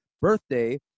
birthday